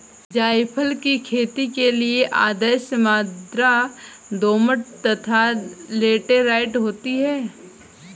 जायफल की खेती के लिए आदर्श मृदा दोमट तथा लैटेराइट होती है